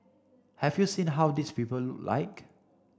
have you seen how these people look like